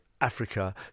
Africa